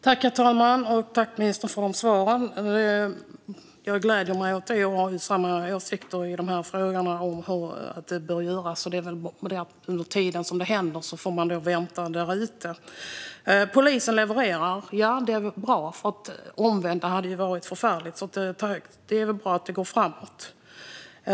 Herr talman! Tack för de svaren, ministern! Det gläder mig att vi har samma åsikter i fråga om vad som bör göras. Det är bara det att under tiden det händer får man vänta där ute. Att polisen levererar är bra. Det omvända hade varit förfärligt. Det är bra att det går framåt.